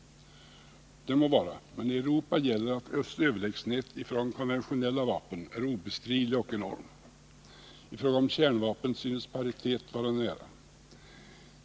Det må vara, men i Europa gäller att östs överlägsenhet i fråga om konventionella vapen är obestridlig och enorm. I fråga om kärnvapen synes paritet vara nära.